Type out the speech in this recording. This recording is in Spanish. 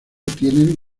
tienen